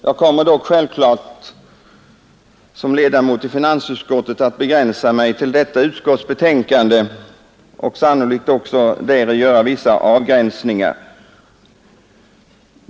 Jag kommer dock självklart som ledamot av finansutskottet att begränsa mig till detta utskotts betänkande och också däri göra vissa avgränsningar.